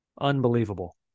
Unbelievable